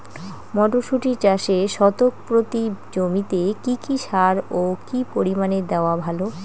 মটরশুটি চাষে শতক প্রতি জমিতে কী কী সার ও কী পরিমাণে দেওয়া ভালো?